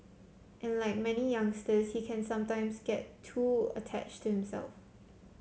and like many youngsters he can sometimes get too attached to himself